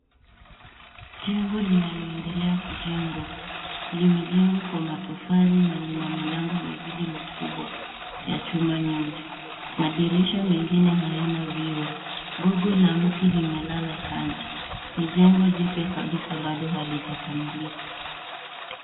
Jengo linaloendelea kujengwa. Limejengwa kwa matofali na lina milango miwili mikubwa ya chuma nyeusi. Madirisha mengine hayana vioo. Gogo la mti limelala kando. Ni jengo jipya kabisa bado halijakamilika.